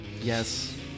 Yes